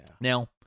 Now